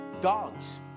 dogs